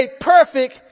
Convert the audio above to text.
perfect